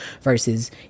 versus